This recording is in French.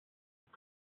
tout